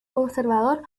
conservador